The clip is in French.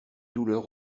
douleur